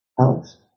Alex